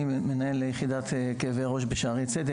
אני מנהל יחידת כאבי ראש בשערי צדק.